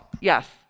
Yes